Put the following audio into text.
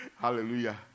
Hallelujah